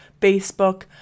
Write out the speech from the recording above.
Facebook